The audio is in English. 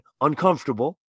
uncomfortable